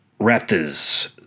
Raptors